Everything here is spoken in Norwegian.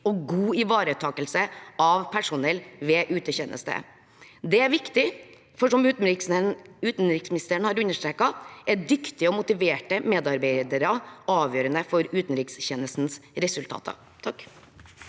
og god ivaretakelse av personell ved utetjeneste. Det er viktig, for som utenriksministeren har understreket, er dyktige og motiverte medarbeidere avgjørende for utenrikstjenestens resultater.